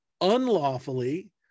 unlawfully